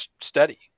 steady